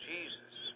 Jesus